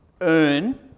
earn